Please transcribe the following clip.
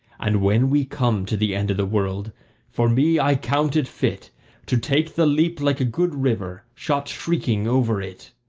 and when we come to the end of the world for me, i count it fit to take the leap like a good river, shot shrieking over it.